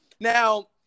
Now